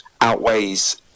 outweighs